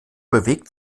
bewegt